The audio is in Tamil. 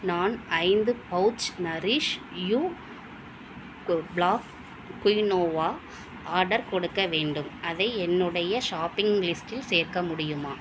நான் ஐந்து pouch nourish you go black quinoa order கொடுக்க வேண்டும் அதை என்னுடைய ஷாப்பிங் லிஸ்டில் சேர்க்க முடியுமா